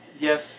Yes